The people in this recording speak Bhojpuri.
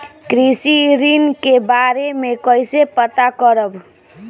कृषि ऋण के बारे मे कइसे पता करब?